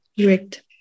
correct